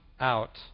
out